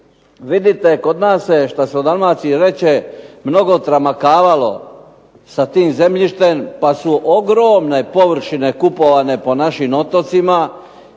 Vidite, kod nas što se u Dalmaciji kaže mnogo tramakavalo sa tim zemljištem pa su ogromne površine kupovane po našim otocima